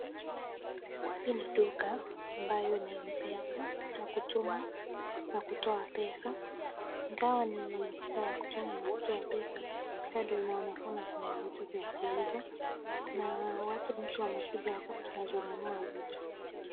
Hii ni duka ambayo ni m-pesa, ya kutuma na kutoa pesa. Ingawa ni duka ya kutuma na kutoa pesa, bado inaonekana kuna vitu vya kuuza. Kuna watu, mtu anakuja hapa anazinunua vitu.